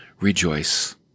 rejoice